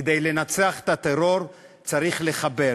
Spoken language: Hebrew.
כדי לנצח את הטרור צריך לחבר,